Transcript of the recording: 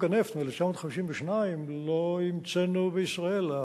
אנחנו, את חוק הנפט מ-1952 לא המצאנו בישראל.